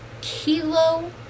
kilo